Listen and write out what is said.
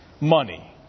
money